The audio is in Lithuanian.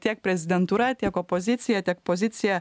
tiek prezidentūra tiek opozicija tiek pozicija